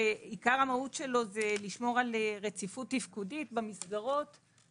שעיקר המהות שלו זה לשמור על רציפות תפקודית במסגרות,